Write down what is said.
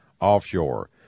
offshore